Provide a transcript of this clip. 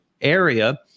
area